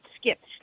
skipped